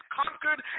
conquered